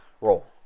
roll